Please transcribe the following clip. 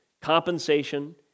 compensation